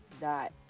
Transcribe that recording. dot